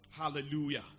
Hallelujah